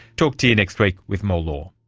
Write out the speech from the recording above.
talk to you next week with more law